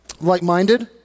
like-minded